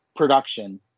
Production